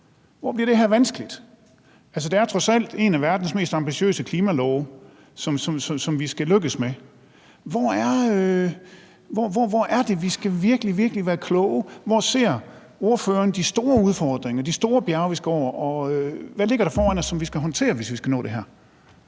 hvor det her bliver vanskeligt. Det er trods alt en af verdens mest ambitiøse klimalove, som vi skal lykkes med. Hvor er det, vi virkelig, virkelig skal være kloge? Hvor ser ordføreren de store udfordringer, de store bjerge, vi skal over, og hvad ligger der foran os, som vi skal håndtere, hvis vi skal nå det her?